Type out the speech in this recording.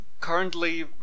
currently